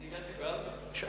אני הגעתי ב-16:00.